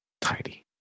Tidy